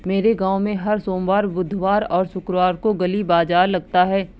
मेरे गांव में हर सोमवार बुधवार और शुक्रवार को गली बाजार लगता है